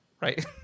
right